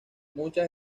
muchas